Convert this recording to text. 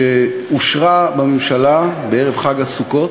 שאושרה בממשלה בערב חג הסוכות,